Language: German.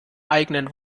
eigenen